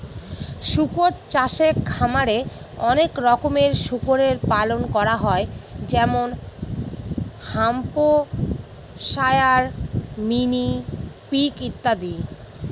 শুকর চাষে খামারে অনেক রকমের শুকরের পালন করা হয় যেমন হ্যাম্পশায়ার, মিনি পিগ ইত্যাদি